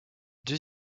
deux